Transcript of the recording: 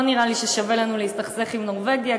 לא נראה לי ששווה לנו להסתכסך עם נורבגיה.